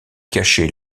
cacher